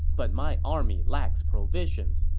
but my army lacks provisions.